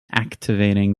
activating